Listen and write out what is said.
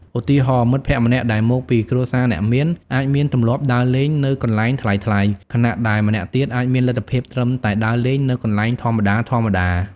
ឧទាហរណ៍ មិត្តភក្តិម្នាក់ដែលមកពីគ្រួសារអ្នកមានអាចមានទម្លាប់ដើរលេងនៅកន្លែងថ្លៃៗ ខណៈដែលម្នាក់ទៀតអាចមានលទ្ធភាពត្រឹមតែដើរលេងនៅកន្លែងធម្មតាៗ។